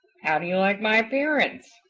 how do you like my appearance?